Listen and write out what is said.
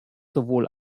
sowohl